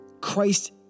Christ